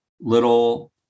little